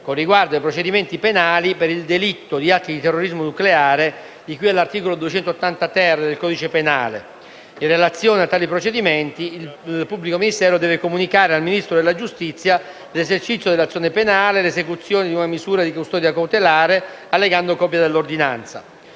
con riguardo ai procedimenti penali per il delitto di atti di terrorismo nucleare, di cui all'articolo 280-*ter* del codice penale. In relazione a tali procedimenti, il pubblico ministero deve comunicare al Ministro della giustizia l'esercizio dell'azione penale e l'esecuzione di una misura di custodia cautelare, allegando copia dell'ordinanza.